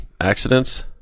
Accidents